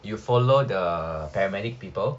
you follow the paramedic people